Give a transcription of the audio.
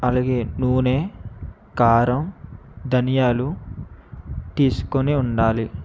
అలాగే నూనె కారం ధనియాలు తీసుకొని ఉండాలి